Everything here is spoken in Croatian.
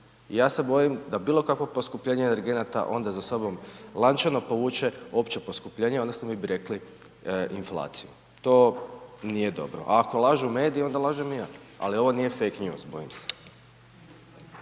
ja se bojim da bilo kakvog poskupljenja energenata onda za sobom lančano povuče opće poskupljenje, odnosno mi bi rekli inflaciju. To nije dobro a ako lažu mediji, onda lažem i ja ali ovo nije fake news, bojim se.